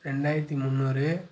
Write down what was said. ரெண்டாயிரத்தி முந்நூறு